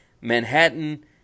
Manhattan